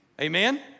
Amen